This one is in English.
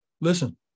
listen